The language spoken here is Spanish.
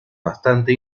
bastante